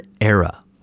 era